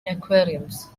aquariums